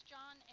John